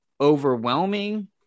overwhelming